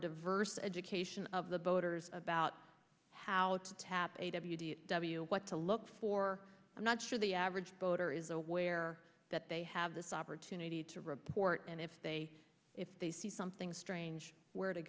diverse education of the voters about how to tap a w w what to look for i'm not sure the average voter is aware that they have this opportunity to report and if they if they see something strange where to